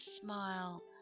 smile